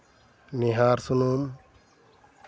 ᱱᱤᱡᱟᱨ ᱥᱩᱱᱩᱢ